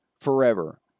forever